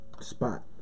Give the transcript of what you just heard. spot